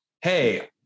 Hey